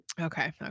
Okay